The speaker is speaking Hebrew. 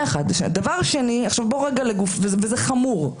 וזה חמור.